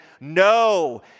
no